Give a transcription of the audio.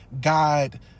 God